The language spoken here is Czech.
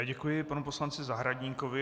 Děkuji panu poslanci Zahradníkovi.